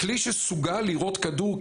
"כלי שסוגל לירות כדור,